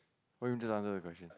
what do you mean just answer the question